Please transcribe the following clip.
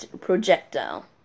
projectile